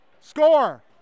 Score